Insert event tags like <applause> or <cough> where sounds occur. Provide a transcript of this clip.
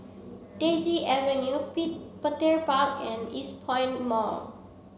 Daisy Avenue <unintelligible> Petir Park and Eastpoint Mall